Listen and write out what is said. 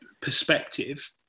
perspective